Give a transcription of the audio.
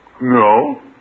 No